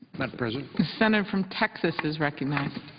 madam president? the senator from texas is recognized.